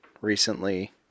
recently